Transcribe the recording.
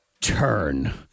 turn